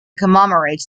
commemorates